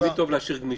תמיד טוב להשאיר גמישות.